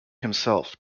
himself